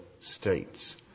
states